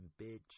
bitch